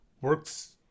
works